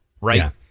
right